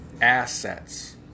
Assets